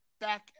back